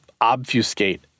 obfuscate